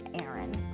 Aaron